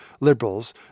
liberals